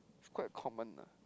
it's quite common ah